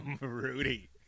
Rudy